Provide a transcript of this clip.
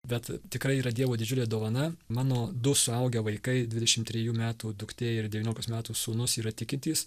bet tikrai yra dievo didžiulė dovana mano du suaugę vaikai dvidešim trejų metų duktė ir devyniolikos metų sūnus yra tikintys